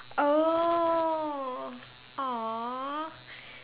oh !aww!